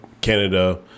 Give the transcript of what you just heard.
Canada –